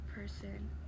person